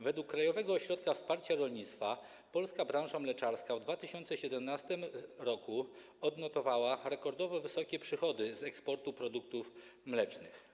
Według Krajowego Ośrodka Wsparcia Rolnictwa polska branża mleczarska w 2017 r. odnotowała rekordowo wysokie przychody z eksportu produktów mlecznych.